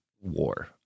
war